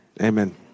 Amen